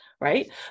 right